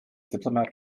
diplomat